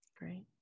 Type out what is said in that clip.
Great